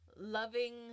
loving